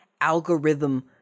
algorithm